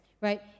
right